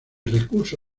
recurso